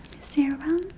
serum